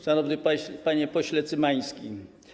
Szanowny Panie Pośle Cymański!